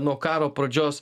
nuo karo pradžios